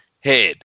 head